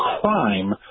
crime